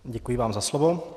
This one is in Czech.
Děkuji vám za slovo.